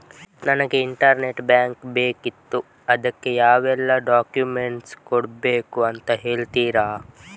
ನನಗೆ internet bank ಬೇಕಿತ್ತು ಅದಕ್ಕೆ ಯಾವೆಲ್ಲಾ ಡಾಕ್ಯುಮೆಂಟ್ಸ್ ಕೊಡ್ಬೇಕು ಅಂತ ಹೇಳ್ತಿರಾ?